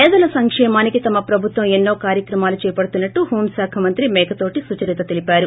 పేదల సంక్షే మానికి తమ పభుత్వం ఎన్నో కార్యకమాలు చేపడుతున్నట్టు హెూం శాఖ మంుతి మేకతోటి సుచరిత తెలిపారు